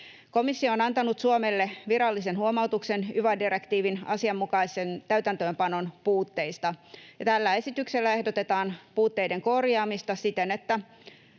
Komissio on antanut Suomelle virallisen huomautuksen yva-direktiivin asianmukaisen täytäntöönpanon puutteista, ja tällä esityksellä ehdotetaan puutteiden korjaamista siten, että